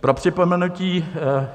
Pro připomenutí,